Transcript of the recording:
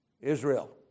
Israel